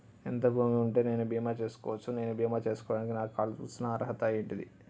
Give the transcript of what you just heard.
ఎంత భూమి ఉంటే నేను బీమా చేసుకోవచ్చు? నేను బీమా చేసుకోవడానికి నాకు కావాల్సిన అర్హత ఏంటిది?